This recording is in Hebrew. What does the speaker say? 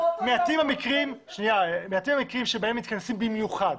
מעטים המקרים בהם מתכנסים במיוחד.